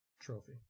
trophy